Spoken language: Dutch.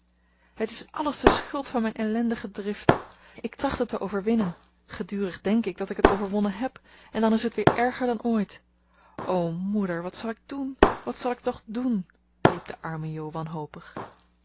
het is alles de schuld van mijn ellendige drift ik tracht het te overwinnen gedurig denk ik dat ik het overwonnen heb en dan is het weer erger dan ooit o moeder wat zal ik doen wat zal ik toch doen riep de arme jo wanhopig